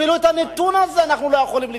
אפילו עם הנתון הזה אנחנו לא יכולים להתמודד,